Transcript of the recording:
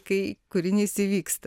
kai kūrinys įvyksta